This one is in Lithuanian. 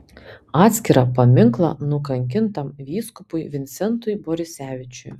atskirą paminklą nukankintam vyskupui vincentui borisevičiui